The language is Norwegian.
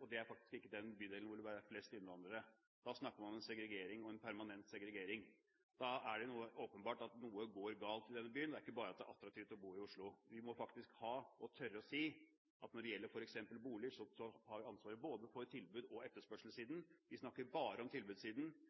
og det er faktisk ikke den bydelen hvor det vil være flest innvandrere. Da snakker man om segregering – en permanent segregering. Da er det åpenbart at noe går galt i denne byen. Og det er ikke bare at det er attraktivt å bo i Oslo. Vi må tørre å si at når det gjelder f.eks. bolig, har vi ansvaret for både tilbuds- og etterspørselssiden. Vi snakker bare om tilbudssiden,